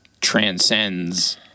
transcends